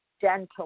gentle